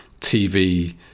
TV